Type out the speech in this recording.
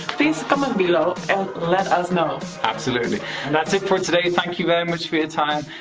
please comment below, and let us know. absolutely and that's it for today thank you very much for your time.